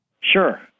Sure